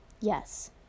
Yes